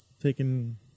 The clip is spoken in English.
taking